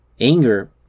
Anger